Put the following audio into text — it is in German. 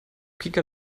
kika